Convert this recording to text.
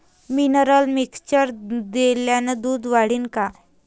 Mineral mixture दिल्यानं दूध वाढीनं का?